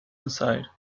inside